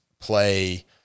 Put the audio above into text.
play